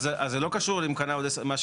אז זה לא קשור אם הוא יקנה עוד עשר שנים.